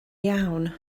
iawn